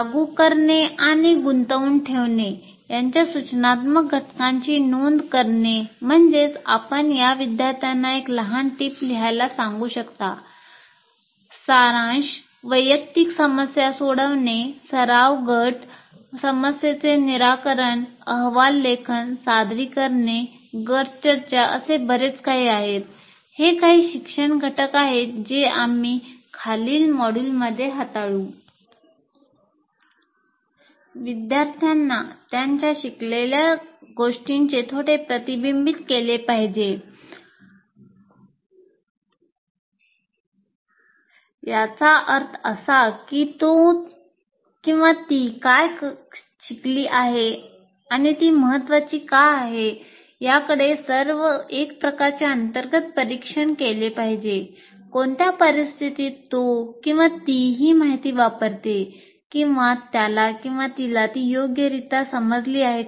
लागू करणे आणि गुंतवून ठेवणे यांच्या सूचनात्मक घटकांची नोंद करणे विद्यार्थ्यांना त्यांच्या शिकलेल्या गोष्टींचे थोडे प्रतिबिंबित केले पाहिजे याचा अर्थ असा की तो ती काय शिकली आहे आणि ती महत्त्वाची का आहे याकडे एक प्रकारचे अंतर्गत परीक्षण केले पाहिजे कोणत्या परिस्थितीत तो ती ही माहिती वापरते किंवा त्याला तिला ती योग्यरित्या समजली आहे